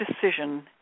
decision